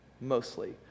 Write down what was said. mostly